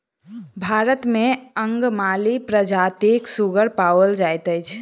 भारत मे अंगमाली प्रजातिक सुगर पाओल जाइत अछि